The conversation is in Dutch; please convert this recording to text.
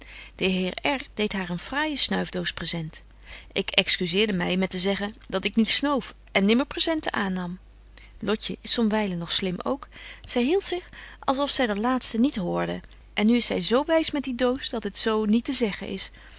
de heer r deedt haar een fraaije snuifdoos present ik excuseerde my met te zeggen dat ik niet snoof en nimmer presenten aannam lotje is somwylen nog slim k zy hieldt zich als of zy dit laatste niet hoorde en nu is zy zo wys met die doos dat het zo niet te zeggen is